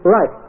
Right